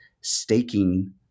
staking